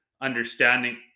understanding